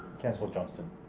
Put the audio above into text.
councillor johnston